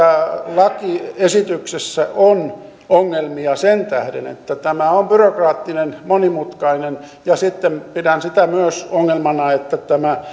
lakiesityksessä on ongelmia sen tähden että tämä on byrokraattinen monimutkainen ja sitten pidän sitä myös ongelmana että tämä